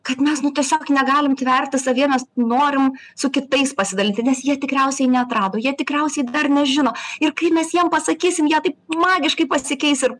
kad mes tiesiog negalim tverti savyje mes norim su kitais pasidalinti nes jie tikriausiai neatrado jie tikriausiai dar nežino ir kai mes jiem pasakysim jie taip magiškai pasikeis ir